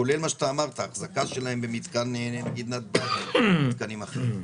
כולל מה שאתה אמרת אחזקה שלהם במתקן נגיד נתב"ג או במתקנים אחרים?